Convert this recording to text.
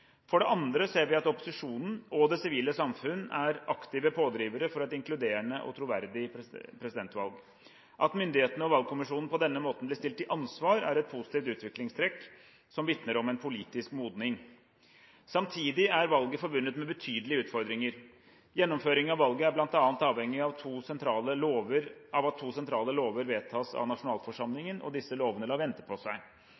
For det andre ser vi at opposisjonen og det sivile samfunn er aktive pådrivere for et inkluderende og troverdig presidentvalg. At myndighetene og valgkommisjonen på denne måten blir stilt til ansvar, er et positivt utviklingstrekk som vitner om en politisk modning. Samtidig er valget forbundet med betydelige utfordringer. Gjennomføringen av valget er bl.a. avhengig av at to sentrale lover vedtas av nasjonalforsamlingen. Disse lovene lar vente på seg. Den største utfordringen for gjennomføring av